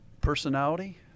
personality